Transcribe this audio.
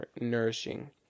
nourishing